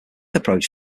approach